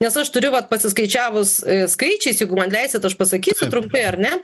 nes aš turiu vat pasiskaičiavus skaičiais jeigu man leisit aš pasakysiu trumpai ar ne